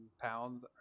pounds